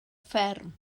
fferm